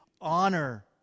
honor